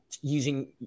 using